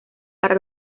para